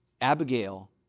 Abigail